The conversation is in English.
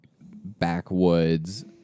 backwoods